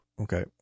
Okay